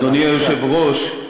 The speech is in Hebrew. אדוני היושב-ראש,